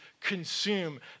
consume